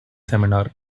seminar